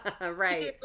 Right